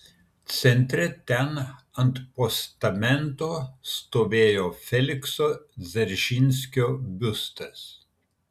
centre ten ant postamento stovėjo felikso dzeržinskio biustas